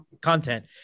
content